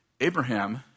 Abraham